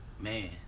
man